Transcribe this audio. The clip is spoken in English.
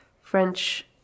French